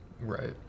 right